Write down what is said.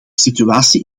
situatie